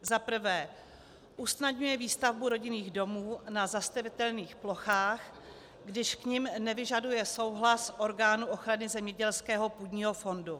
Za prvé usnadňuje výstavbu rodinných domů na zastavitelných plochách, když k nim nevyžaduje souhlas orgánu ochrany zemědělského půdního fondu.